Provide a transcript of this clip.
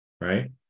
right